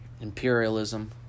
Imperialism